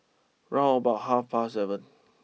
round about half past seven